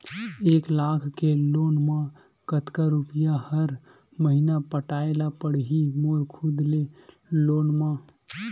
एक लाख के लोन मा कतका रुपिया हर महीना पटाय ला पढ़ही मोर खुद ले लोन मा?